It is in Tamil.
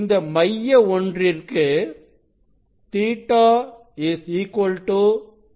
இந்த மைய ஒன்றிற்கு Ɵ 0